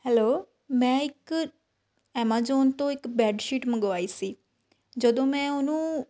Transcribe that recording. hello ਮੈਂ ਇੱਕ Amazon ਤੋਂ ਇੱਕ ਬੈੱਡਸ਼ੀਟ ਮੰਗਵਾਈ ਸੀ ਜਦੋਂ ਮੈਂ ਉਹਨੂੰ